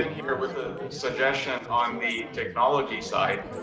here with a suggestion on the technology side.